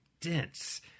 dense